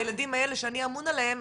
הילדים האלה שאני אמון עליהם,